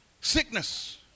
Sickness